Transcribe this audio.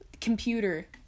computer